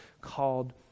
called